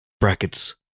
Brackets